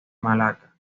malaca